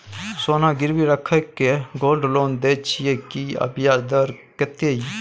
सोना गिरवी रैख के गोल्ड लोन दै छियै की, आ ब्याज दर कत्ते इ?